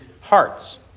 hearts